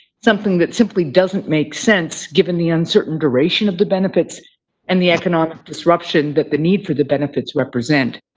something that simply doesn't make sense, given the uncertain duration of the benefits and the economic disruption that the need for the benefits represent.